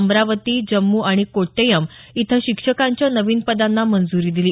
अमरावती जम्मू आणि कोट्ययम इथं शिक्षकांच्या नवीन पदांना मंजूरी दिली